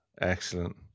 Excellent